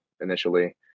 initially